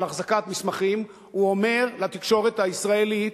החזקת מסמכים הוא אומר לתקשורת הישראלית